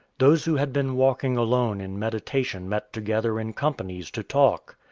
those who had been walking alone in meditation met together in companies to talk.